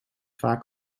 vaak